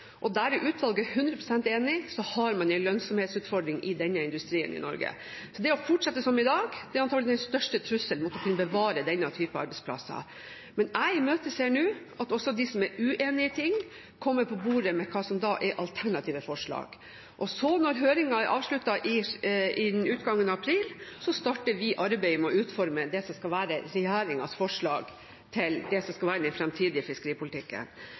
og der er utvalget hundre prosent enig – har hatt en lønnsomhetsutfordring i denne industrien i Norge, så det å fortsette som i dag er antakelig den største trusselen mot å kunne bevare denne typen arbeidsplasser. Jeg imøteser nå at også de som er uenig i ting, legger på bordet alternative forslag. Så, når høringen er avsluttet innen utgangen av april, starter vi arbeidet med å utforme regjeringens forslag til det som skal være den fremtidige fiskeripolitikken.